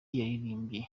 yaririmbye